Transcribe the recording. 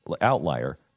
outlier